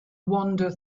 wander